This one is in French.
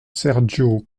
sergio